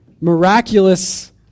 miraculous